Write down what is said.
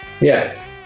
Yes